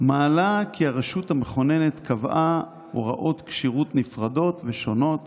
מעלה כי הרשות המכוננת קבעה הוראות כשירות נפרדות ושונות